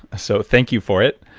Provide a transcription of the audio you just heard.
so thank you for it.